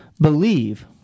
believe